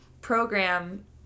program